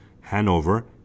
Hanover